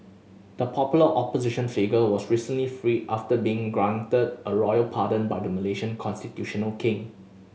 the popular opposition figure was recently freed after being granted a royal pardon by the Malaysian constitutional king